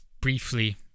briefly